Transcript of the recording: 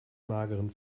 mageren